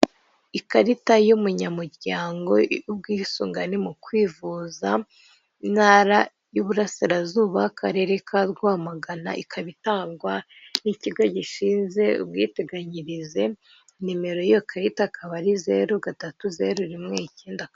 Ikarita y'umunyamuryango y'ubwisungane mu kwivuza, intara y'iburasirazuba akarere ka Rwamagana ikaba itangwa n'ikigo gishinzwe ubwiteganyirize, nimero y'iyo karita ikaba ari zeru gatatu zeru rimwe icyenda.